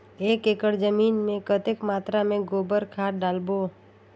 एक एकड़ जमीन मे कतेक मात्रा मे गोबर खाद डालबो?